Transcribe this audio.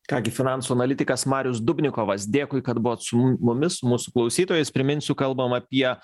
ką gi finansų analitikas marius dubnikovas dėkui kad buvot su mumis su mūsų klausytojais priminsiu kalbam apie